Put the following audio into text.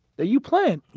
then you playin',